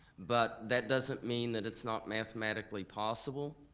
but that doesn't mean that it's not mathematically possible.